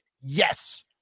Yes